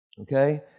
Okay